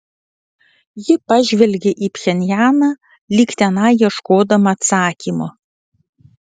ji pažvelgė į pchenjaną lyg tenai ieškodama atsakymo